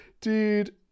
Dude